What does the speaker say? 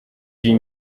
huit